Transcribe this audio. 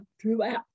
throughout